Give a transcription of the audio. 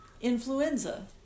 influenza